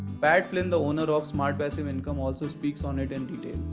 pat flynn the owner of smart passive income also speaks on it in detail.